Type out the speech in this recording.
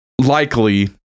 likely